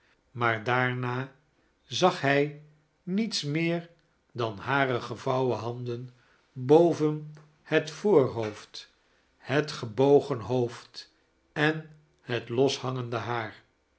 maar daarna zag hij niets meer dan hare gevouwen handen bpven het voorhoofd het gebogen hoofd en het loshangende haar